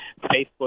Facebook